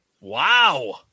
Wow